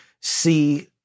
see